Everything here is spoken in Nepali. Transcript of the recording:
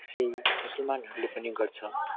सिक मुसलमानहरूले पनि गर्छ